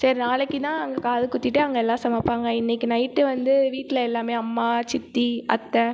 சரி நாளைக்கினால் அங்கே காது குத்திட்டு அங்கே எல்லா சமைப்பாங்க இன்றைக்கு நைட்டு வந்து வீட்டில் எல்லாமே அம்மா சித்தி அத்தை